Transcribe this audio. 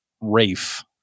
Rafe